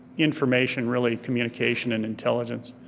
information, really communication and intelligence,